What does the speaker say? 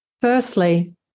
Firstly